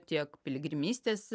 tiek piligrimystės